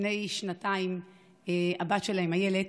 לפני שנתיים הבת שלהם, איילת,